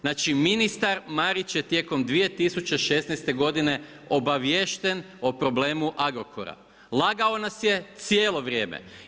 Znači ministar Marić je tijekom 2016. godine, obavješten o problemu Agrokora, lagao nas je cijelo vrijeme.